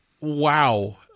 wow